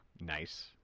Nice